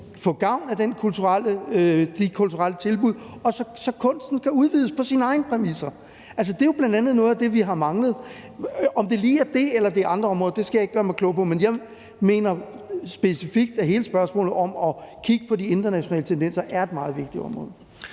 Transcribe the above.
få gavn af de kulturelle tilbud, og så kunsten kan udvides på sine egne præmisser. Det er jo bl.a. noget af det, vi har manglet. Om det lige er det, eller det er andre områder, skal jeg ikke gøre mig klog på. Men jeg mener specifikt, at hele spørgsmålet om at kigge på de internationale tendenser er et meget vigtigt område.